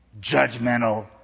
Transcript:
judgmental